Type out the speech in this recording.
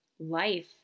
Life